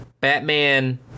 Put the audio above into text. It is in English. Batman